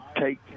take